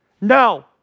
No